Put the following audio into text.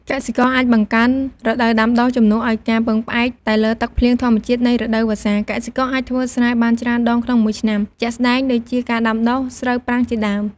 កសិករអាចបង្កើនរដូវដាំដុះជំនួសឱ្យការពឹងផ្អែកតែលើទឹកភ្លៀងធម្មជាតិនៃរដូវវស្សា កសិករអាចធ្វើស្រែបានច្រើនដងក្នុងមួយឆ្នាំ ជាក់ស្ដែងដូចជាការដាំដុះស្រូវប្រាំងជាដើម។